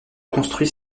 construit